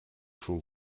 schon